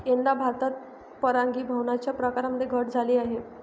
यंदा भारतात परागीभवनाच्या प्रकारांमध्ये घट झाली आहे